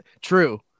True